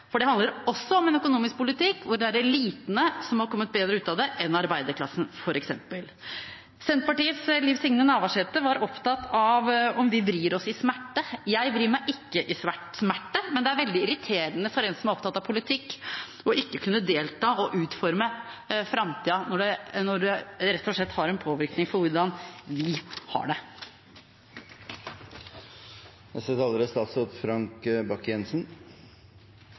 for det handler også om en økonomisk politikk hvor det er elitene som har kommet bedre ut av det enn arbeiderklassen, f.eks. Senterpartiets Liv Signe Navarsete var opptatt av om vi vrir oss i smerte. Jeg vrir meg ikke i smerte, men det er veldig irriterende for en som er opptatt av politikk, ikke å kunne delta i å utforme framtida, når det rett og slett har en påvirkning på hvordan vi har